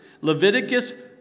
Leviticus